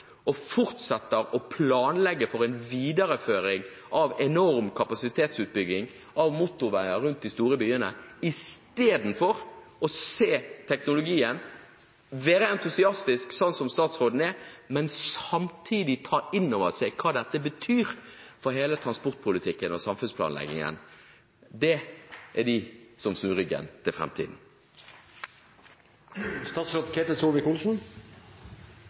og fortsetter å planlegge for en videreføring av enorm kapasitetsutbygging, av motorveier rundt de store byene, og er entusiastiske med hensyn til teknologien, slik statsråden er, uten samtidig å ta inn over seg hva dette betyr for hele transportpolitikken og samfunnsplanleggingen – det er de som snur ryggen til